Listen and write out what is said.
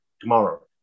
tomorrow